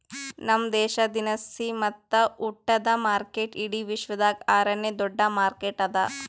ನಮ್ ದೇಶ ದಿನಸಿ ಮತ್ತ ಉಟ್ಟದ ಮಾರ್ಕೆಟ್ ಇಡಿ ವಿಶ್ವದಾಗ್ ಆರ ನೇ ದೊಡ್ಡ ಮಾರ್ಕೆಟ್ ಅದಾ